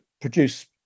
produce